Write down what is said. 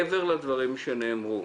מעבר לדברים שנאמרו,